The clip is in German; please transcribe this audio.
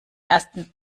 ersten